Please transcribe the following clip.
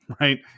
right